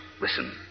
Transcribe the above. Listen